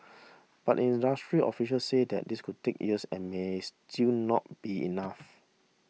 but industry officials say this could take years and may still not be enough